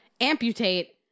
amputate